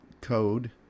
code